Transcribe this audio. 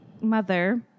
Mother